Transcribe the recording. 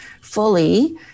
fully